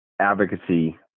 advocacy